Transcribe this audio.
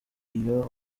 iyo